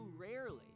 rarely